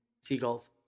seagulls